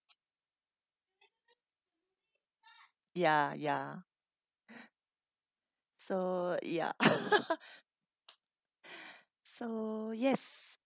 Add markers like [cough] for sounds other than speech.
ya ya [breath] so ya [laughs] [breath] so yes